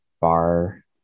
bar